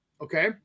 okay